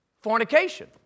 fornication